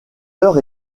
heure